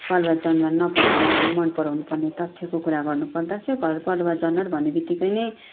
पालुवा जनावर न मन पराउनु पर्ने तथ्यको कुरा गर्नु पर्दा चाहिँ घर पालुवा जनावर भन्ने बित्तिकै नै